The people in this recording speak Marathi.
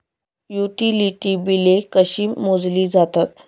युटिलिटी बिले कशी मोजली जातात?